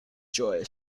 joy